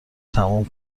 تموم